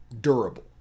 Durable